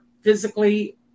physically